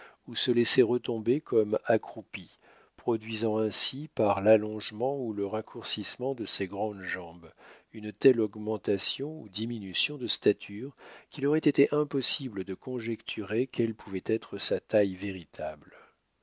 ou se laissait retomber comme accroupi produisant ainsi par l'allongement ou le raccourcissement de ses grandes jambes une telle augmentation ou diminution de stature qu'il aurait été impossible de conjecturer quelle pouvait être sa taille véritable